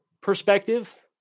perspective